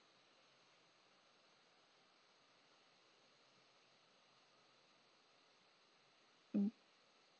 mm